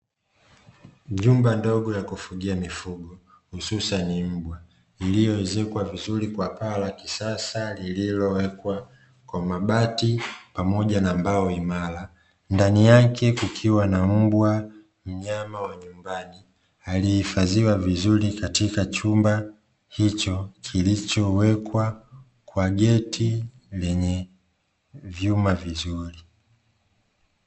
Nyumba ndogo ya kufugia mifugo hususani mbwa, iliyoezekwa vizuri kwa paa la kisasa; lililowekwa kwa mabati pamoja na mbao imara, ndani yake kukiwa na mbwa; mnyama wa nyumbani, aliyehifadhiwa vizuri katika chumba hicho kilichowekwa kwa geti lenye vyuma vizuri.